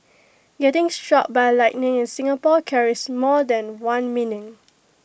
getting struck by lightning in Singapore carries more than one meaning